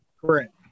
Correct